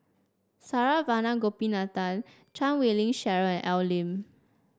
Saravanan Gopinathan Chan Wei Ling Cheryl and Al Lim